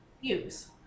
use